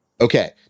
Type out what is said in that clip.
Okay